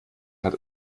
hat